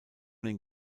den